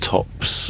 Tops